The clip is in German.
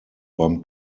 beim